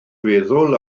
feddwl